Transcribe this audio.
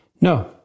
No